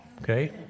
okay